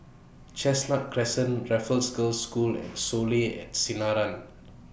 Chestnut Crescent Raffles Girls' School and Soleil At Sinaran